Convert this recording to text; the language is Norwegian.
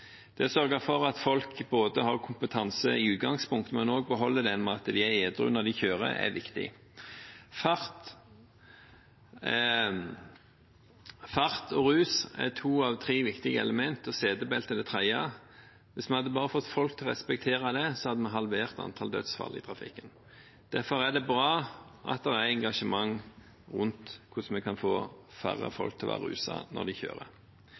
Det å sørge for at folk både har kompetanse i utgangspunktet, og også beholder den ved at de er edrue når de kjører, er viktig. Fart og rus er to av tre viktige elementer, og setebelte er det tredje. Hvis vi bare hadde fått folk til å respektere det, hadde vi halvert antallet dødsfall i trafikken. Derfor er det bra at det er engasjement rundt hvordan vi kan få færre folk til å være ruset når de kjører.